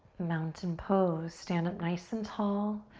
mountain pose, stand up nice and tall.